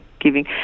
giving